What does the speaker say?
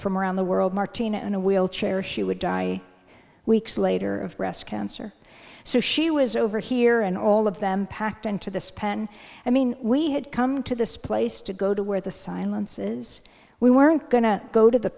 from around the world martina in a wheelchair she would die weeks later of breast cancer so she was over here and all of them packed into this pen i mean we had come to this place to go to where the silences we weren't going to go to the